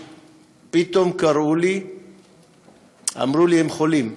פתאום קראו לי ואמרו לי שהם חולים.